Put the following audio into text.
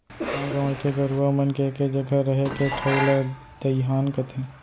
गॉंव गंवई के गरूवा मन के एके जघा रहें के ठउर ला दइहान कथें